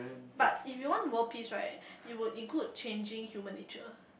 but if you want world peace right it would include changing human nature